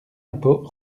impôt